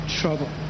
trouble